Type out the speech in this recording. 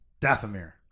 Dathomir